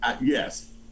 Yes